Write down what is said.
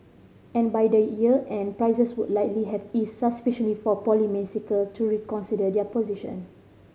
and by the year end prices would likely have eased sufficiently for to reconsider their position